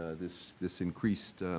ah this this increased